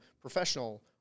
professional